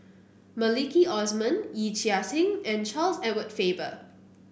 Maliki Osman Yee Chia Hsing and Charles Edward Faber